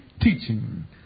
teaching